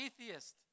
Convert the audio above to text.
atheist